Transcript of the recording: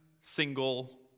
single